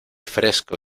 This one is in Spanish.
fresco